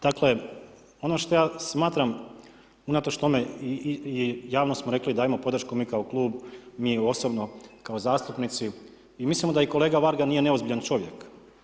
Dakle, ono što ja smatram unatoč tome i javno smo rekli, dajmo podršku mi kao klub, mi osobno kao zastupnici i mislimo da kolega Varga nije neozbiljan čovjek.